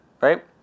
right